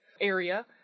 area